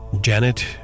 Janet